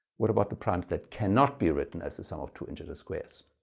what about the primes that cannot be written as a sum of two integer squares.